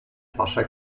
wasze